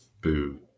Boo